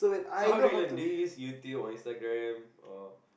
so how do you learn do you use YouTube or Instagram or